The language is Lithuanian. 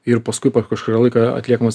ir paskui po kažkurio laiko atliekamas